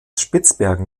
spitzbergen